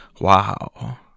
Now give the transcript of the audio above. wow